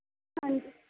ਹਾਂਜੀ